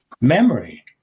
memory